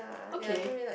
okay